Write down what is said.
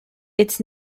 its